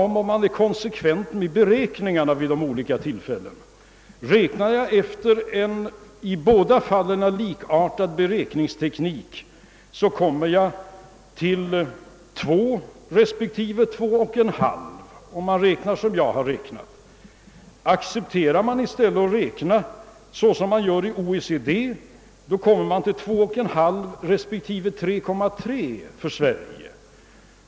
Med den beräkningsteknik som jag använt kommer man fram till 2 respektive 2,5 procent, men räknar man i stället så som man gör i OECD kommer man fram till en tillväxttakt på 2,5 respektive 3,3 procent.